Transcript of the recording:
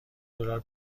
دلار